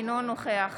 אינו נוכח